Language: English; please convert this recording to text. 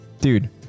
dude